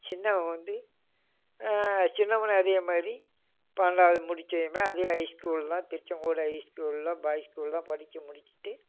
சின்னவன் வந்து சின்னவனும் அதே மாதிரி பன்னெண்டாவது முடிச்சதுமே அதே ஐஸ் ஸ்கூலில் தான் திருச்செங்கோடு ஐஸ் ஸ்கூலில் பாய்ஸ் ஸ்கூலில் தான் படித்து முடிச்சுட்டு